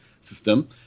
system